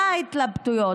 מה ההתלבטויות?